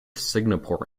singapore